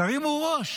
תרימו ראש.